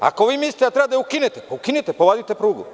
Ako vi mislite da treba da je ukinete, ukinite, povadite prugu.